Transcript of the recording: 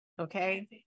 Okay